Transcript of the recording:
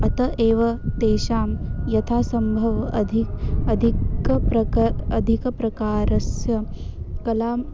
अतः एव तेषां यथासम्भवम् अधि अधिकप्रक अधिकप्रकारस्य कलां